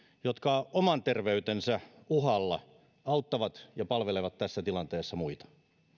jotka oman terveytensä uhalla auttavat ja palvelevat tässä tilanteessa muita